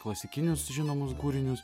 klasikinius žinomus kūrinius